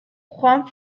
juan